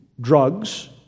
drugs